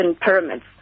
pyramids